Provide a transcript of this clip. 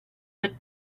but